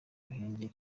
ruhengeri